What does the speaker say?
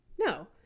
No